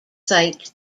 site